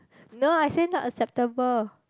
no I say not acceptable